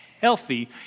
healthy